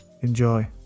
Enjoy